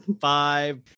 Five